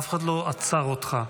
אף אחד לא עצר אותך.